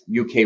UK